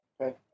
Okay